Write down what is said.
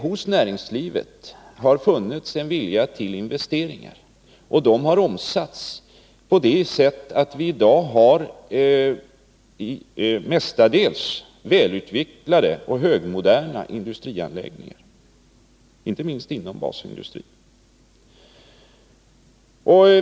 Hos näringslivet har det funnits en vilja till investeringar, och den har omsatts på det sättet att vi i dag mestadels har välutvecklade och högmoderna industrianläggningar, inte minst inom basindustrin.